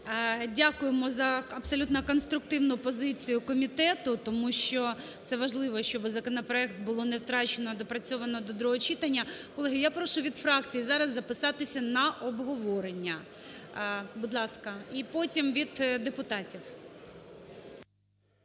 Дякуємо за абсолютно конструктивну позицію комітету. Тому що це важливо, щоб законопроект було не втрачено, а доопрацьовано до другого читання. Колеги, я прошу від фракцій зараз записатись на обговорення, будь ласка. І потім – від депутатів.